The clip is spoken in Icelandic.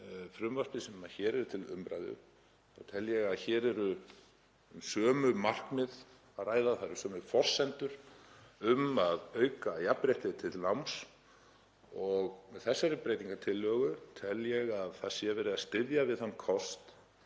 frumvarpið sem hér er til umræðu. Ég tel að hér sé um sömu markmið að ræða. Það eru sömu forsendur um að auka jafnrétti til náms og með þessari breytingartillögu tel ég að það sé verið að styðja við þann kost